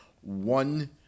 one